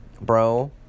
Bro